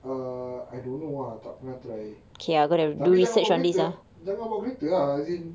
err I don't know ah tak pernah try tapi jangan bawa kereta ah jangan bawa kereta in